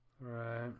right